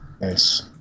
Nice